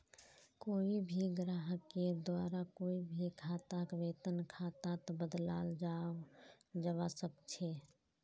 कोई भी ग्राहकेर द्वारा कोई भी खाताक वेतन खातात बदलाल जवा सक छे